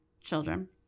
children